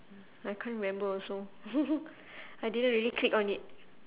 I can't remember also I didn't really click on it